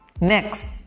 Next